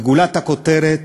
וגולת הכותרת,